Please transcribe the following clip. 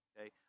Okay